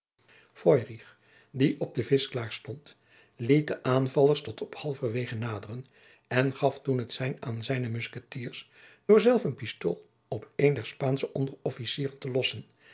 die op de vischkaar stond liet de aanvallers tot op halverwege naderen en gaf toen het sein aan zijne muskettiers door zelf een pistool op een der spaansche onderofficieren te lossen